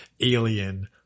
alien